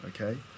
Okay